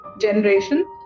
generation